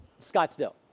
Scottsdale